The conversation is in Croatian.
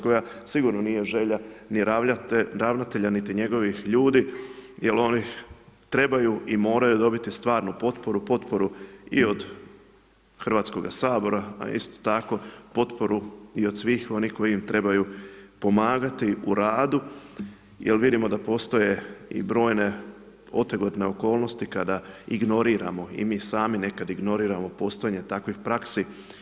Potkapacitiranosti koja sigurno nije želja ni ravnatelja niti njegovih ljudi, jer oni trebaju i moraju dobiti stvarnu potporu, potporu i od Hrvatskog sabora, a isto tako i potporu i od svih onih koji im trebaju pomagati u radu, jer vidimo da postoje i brojne otegnute okolnosti, kada ignoriramo i mi sami, nekada ignoriramo postojanje takvih praksi.